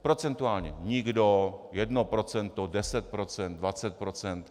Procentuálně nikdo, jedno procento, deset procent, dvacet procent.